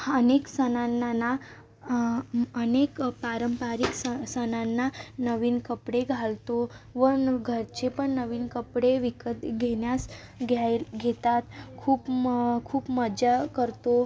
हा अनेक सणांना ना अनेक पारंपरिक स सणांना नवीन कपडे घालतो व नु घरचे पण नवीन कपडे विकत घेण्यास घ्याय घेतात खूप म खूप मजा करतो